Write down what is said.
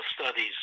studies